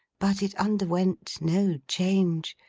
but it underwent no change.